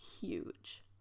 huge